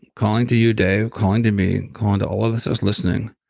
calling to you dave, calling to me, calling to all of us, those listening,